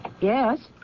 Yes